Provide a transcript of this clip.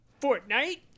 Fortnite